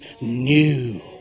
new